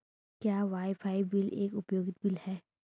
क्या WiFi bill एक उपयोगिता बिल है?